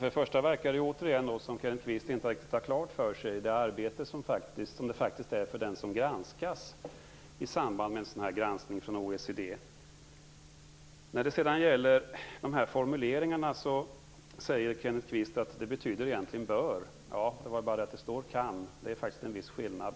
Herr talman! Det verkar återigen som att Kenneth Kvist inte riktigt har klart för sig vilket arbete det innebär för den som granskas i samband med en Om formuleringarna säger Kenneth Kvist att de egentligen betyder "bör". Det är bara det att det står "kan", och det är en viss skillnad.